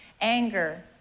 anger